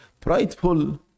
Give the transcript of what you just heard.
Prideful